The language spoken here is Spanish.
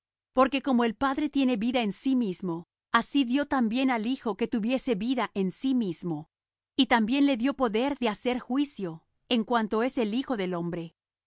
porque como el padre tiene vida en sí mismo así dió también al hijo que tuviese vida en sí mismo y también le dió poder de hacer juicio en cuanto es el hijo del hombre